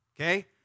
okay